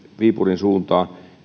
viipurin suuntaan